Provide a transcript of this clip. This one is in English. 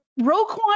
Roquan